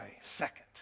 second